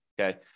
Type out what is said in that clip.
okay